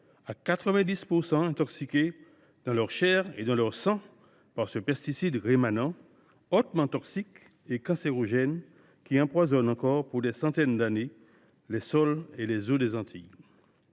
à 90 % intoxiqués dans leur chair et dans leur sang par ce pesticide rémanent, hautement toxique et cancérogène, qui empoisonne encore pour des centaines d’années les sols et les eaux des Antilles